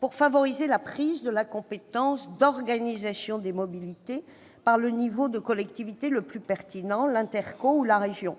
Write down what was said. pour favoriser la prise de la compétence d'organisation des mobilités par le niveau de collectivité le plus pertinent : l'intercommunalité ou la région.